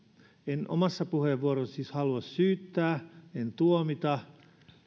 en omassa puheenvuorossani siis halua syyttää enkä tuomita